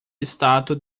estátua